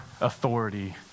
authority